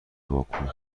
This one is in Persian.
باکو